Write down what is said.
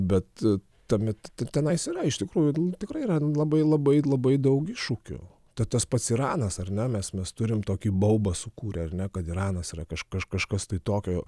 bet tuomet tenais yra iš tikrųjų tikrai yra labai labai labai daug iššūkių tad tas pats iranas ar ne mes mes turim tokį baubą sukūrę ar ne kad iranas yra kažkas kažkas tai tokio